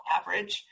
average